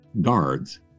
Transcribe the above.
guards